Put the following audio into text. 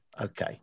okay